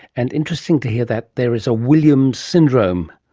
and interesting to hear that there is a williams syndrome,